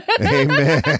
Amen